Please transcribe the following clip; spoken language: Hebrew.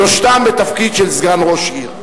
שלושתם בתפקיד של סגן ראש עיר.